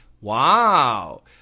wow